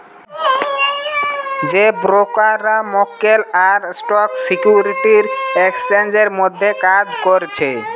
যেই ব্রোকাররা মক্কেল আর স্টক সিকিউরিটি এক্সচেঞ্জের মধ্যে কাজ করছে